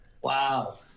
Wow